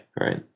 right